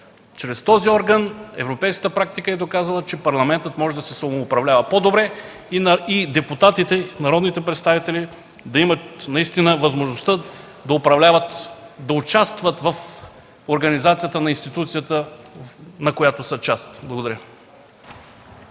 чрез този орган европейската практика е доказала, че Парламентът може да се самоуправлява по-добре и народните представители да имат възможността да управляват – да участват в организацията на институцията, на която са част. Благодаря.